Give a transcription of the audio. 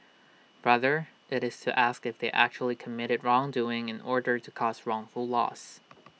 rather IT is to ask if they actually committed wrongdoing in order to cause wrongful loss